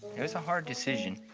it was a hard decision.